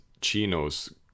chinos